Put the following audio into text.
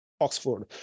Oxford